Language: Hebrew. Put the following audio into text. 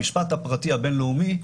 במשפט הפרטי הבין-לאומי,